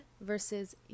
versus